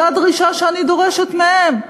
היא אותה דרישה שאני דורשת מהם.